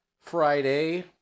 Friday